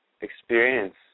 experience